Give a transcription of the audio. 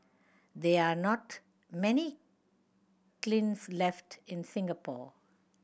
there are not many kilns left in Singapore